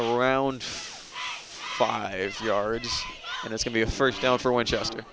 around five yards and it could be a first down for winchester